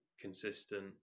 consistent